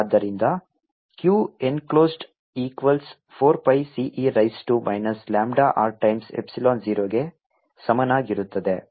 r24π4πCe λrQ0 ಆದ್ದರಿಂದ Q enclosed equals 4 pi C e raise to minus lambda r times epsilon 0 ಗೆ ಸಮನಾಗಿರುತ್ತದೆ